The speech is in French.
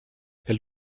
elle